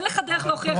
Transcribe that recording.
אין לך דרך להוכיח את זה.